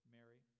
Mary